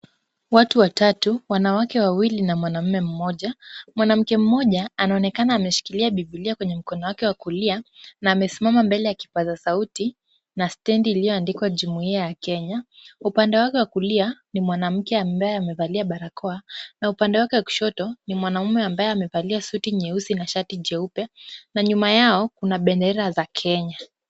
Watu watatu wanawake wawili na mwanamume mmoja. Mwanamke mmoja anaonekana ameshikilia bibilia kwenye mkono wake wa kulia na amesimama mbele ya kipaza sauti na stendi iliyoandikwa jumuia ya Kenya. Upande wake wa kulia ni mwanamke ambaye amevalia barakoa na upande wa kushoto ni mwanaume ambaye amevalia suti nyeusi na shati jeupe na nyuma yao kuna bendera za Kenya.